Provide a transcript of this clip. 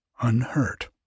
unhurt